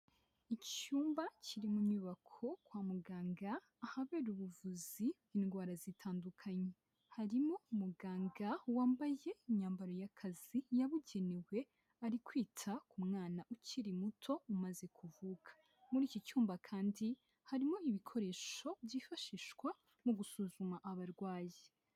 Icyumba kiri mu nyubako kwa muganga ahabera ubuvuzi bw'indwara zitandukanye. Harimo umuganga wambaye imyambaro y'akazi yabugenewe, ari kwita ku mwana ukiri muto umaze kuvuka. Muri iki cyumba kandi harimo ibikoresho byifashishwa mu gusuzuma abarwayi.